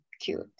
cute